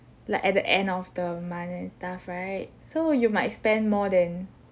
like at the end of the month and stuff right so you might spend more than